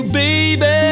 baby